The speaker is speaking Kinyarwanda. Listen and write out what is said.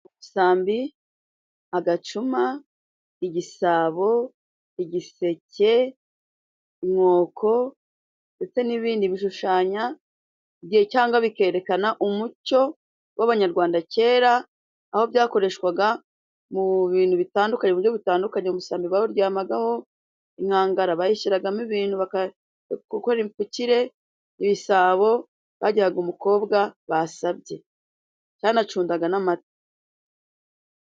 Umusambi ,agacuma ,igisabo, igiseke ,inkoko ndetse n'ibindi bishushanya bye cyangwa bikerekana umuco w'abanyarwanda kera aho byakoreshwaga mu bintu bitandukanye mu buryo butandukanye, umusambi bawuryamagaho, inkangara bayishyiragamo ibintu baga gukora impfukire ,ibisabo bagihaga umukobwa basabye ,cyanacundaga n'amata.